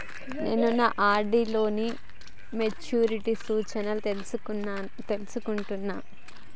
నేను నా ఆర్.డి లో నా మెచ్యూరిటీ సూచనలను తెలుసుకోవాలనుకుంటున్నా